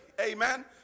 amen